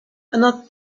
another